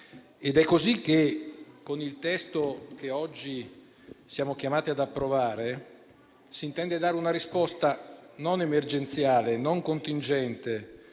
È così che, con il testo che oggi siamo chiamati ad approvare, si intende dare una risposta non emergenziale, non contingente